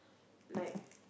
like